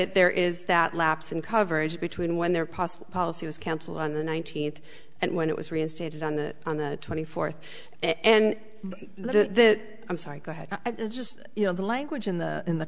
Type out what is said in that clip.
it there is that lapse in coverage between when they're policy was canceled on the nineteenth and when it was reinstated on the on the twenty fourth and let it that i'm sorry go ahead i just you know the language in the